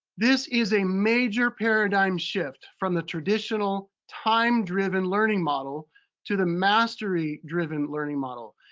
this is a major paradigm shift from the traditional time-driven learning model to the mastery-driven learning model.